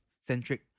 centric